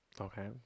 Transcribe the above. Okay